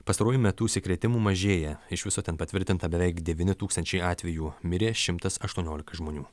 pastaruoju metu užsikrėtimų mažėja iš viso ten patvirtinta beveik devyni tūkstančiai atvejų mirė šimtas aštuoniolika žmonių